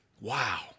Wow